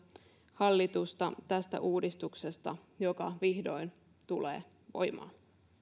hallitusta tästä uudistuksesta joka vihdoin tulee voimaan